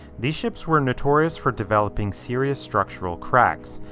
these ships were notorious for developing serious structural cracks.